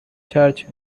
church